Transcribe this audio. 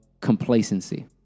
complacency